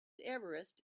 everest